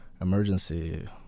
emergency